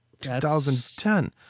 2010